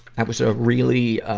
that was a really, ah,